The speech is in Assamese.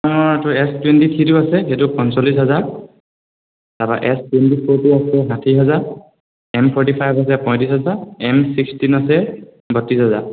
আপোনাৰ এইটো এছ টুৱেণ্টি থ্ৰীটো আছে সেইটো পঞ্চলিছ হাজাৰ তাৰ পৰা এছ টুৱেণ্টি ফ'ৰটো আছে ষাঠি হাজাৰ এম ফৰ্টি ফাইভ আছে পঁয়ত্ৰিশ হাজাৰ এম চিক্সটিন আছে বত্ৰিশ হাজাৰ